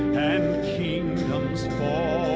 and kingdoms fall